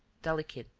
delicate,